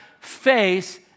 face